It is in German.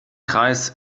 kreis